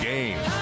Game